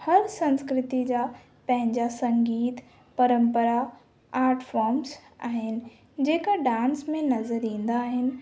हर संस्कृति जा पंहिंजा संगीत परंपरा आट फोम्स आहिनि जेका डांस में नज़र ईंदा आहिनि